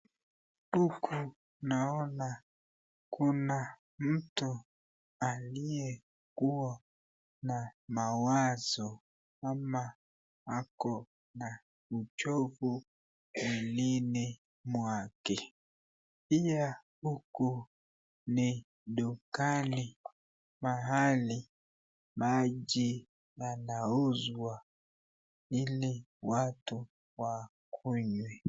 Huku naona kuna mtu aliyekuwa na mawazo ama ako na uchovu mwilini mwake pia huku ni dukani mahali maji yanauzwa ili watu wakunywe.